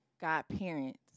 godparents